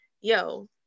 yo